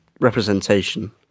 representation